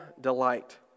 delight